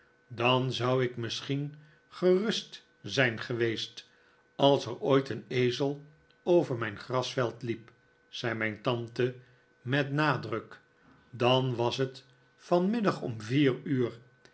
dan zou ik misschien gerust zijn geweest als er ooit een ezel over mijn grasveld liep zei mijn tante met nadruk dan was het vanmiddag om vier uur